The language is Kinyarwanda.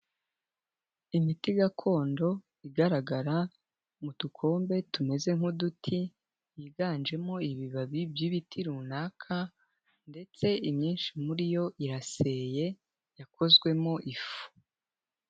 Imiti gakondo igaragara mu dukombe tumeze nk'uduti higanjemo ibibabi by'ibiti runaka ndetse imyinshi muri yo iraseye yakozwemo ifu.